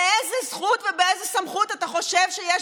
באיזו זכות ובאיזו סמכות אתה חושב שיש